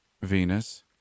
Venus